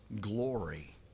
glory